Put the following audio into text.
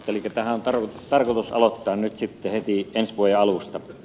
tämähän on tarkoitus aloittaa nyt sitten heti ensi vuoden alusta